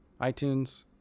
iTunes